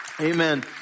Amen